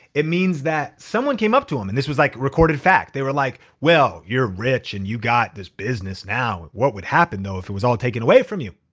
it means that, someone came up to him and this was like recorded fact. they were like, well, you're rich and you got this business now. what would happen though, if it was all taken away from you?